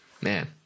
man